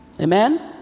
Amen